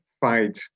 fight